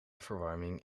verwarming